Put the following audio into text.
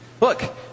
Look